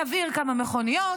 נבעיר כמה מכוניות,